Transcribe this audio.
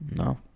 No